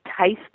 taste